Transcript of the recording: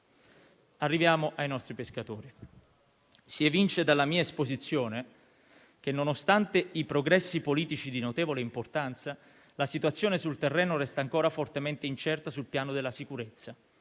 Arriviamo ai nostri pescatori. Si evince dalla mia esposizione che, nonostante i progressi politici di notevole importanza, la situazione sul terreno resta ancora fortemente incerta sul piano della sicurezza.